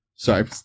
Sorry